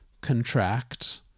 contract